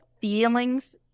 feelings